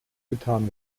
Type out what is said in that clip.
getan